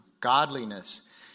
godliness